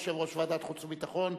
יושב-ראש ועדת חוץ וביטחון.